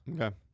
Okay